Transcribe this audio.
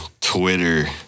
Twitter